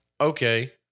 Okay